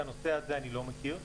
את הנושא הזה אני לא מכיר,